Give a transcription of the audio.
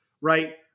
right